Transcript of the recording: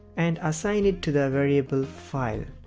and, assign it to the variable file.